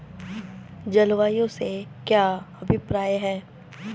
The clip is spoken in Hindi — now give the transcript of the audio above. जलवायु से क्या अभिप्राय है?